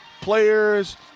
players